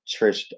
Trish